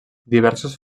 diversos